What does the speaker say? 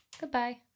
Goodbye